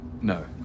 No